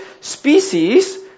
species